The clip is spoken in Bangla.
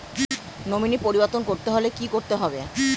নমিনি পরিবর্তন করতে হলে কী করতে হবে?